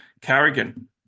Carrigan